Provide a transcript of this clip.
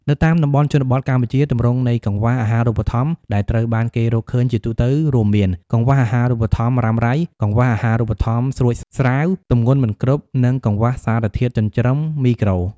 នៅតាមតំបន់ជនបទកម្ពុជា ទម្រង់នៃកង្វះអាហារូបត្ថម្ភដែលត្រូវបានគេរកឃើញជាទូទៅរួមមាន កង្វះអាហារូបត្ថម្ភរ៉ាំរ៉ៃ កង្វះអាហារូបត្ថម្ភស្រួចស្រាវ ទម្ងន់មិនគ្រប់ និងកង្វះសារធាតុចិញ្ចឹមមីក្រូ។